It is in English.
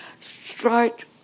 straight